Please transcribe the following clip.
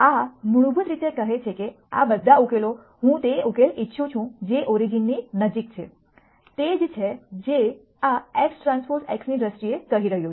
આ મૂળભૂત રીતે કહે છે કે આ બધા ઉકેલો હું તે ઉકેલ ઇચ્છું છું જે ઓરિજીનની નજીક છે તે જ છે જે આ x ટ્રાન્સપોઝ xની દ્રષ્ટિએ કહી રહ્યો છે